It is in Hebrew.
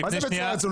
מה זה "בצורה רצינית"?